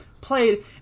played